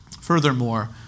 Furthermore